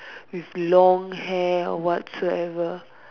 with long hair or whatsoever